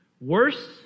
Worse